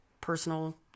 personal